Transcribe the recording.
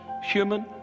human